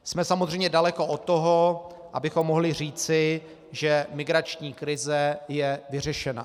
Jsme samozřejmě daleko od toho, abychom mohli říci, že migrační krize je vyřešena.